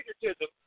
Patriotism